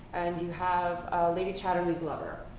and you have lady chatterley's lover.